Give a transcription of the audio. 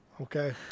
Okay